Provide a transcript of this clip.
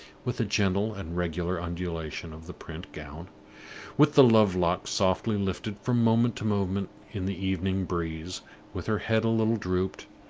with a gentle and regular undulation of the print gown with the love-lock softly lifted from moment to moment in the evening breeze with her head a little drooped,